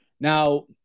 Now